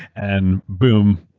and boom,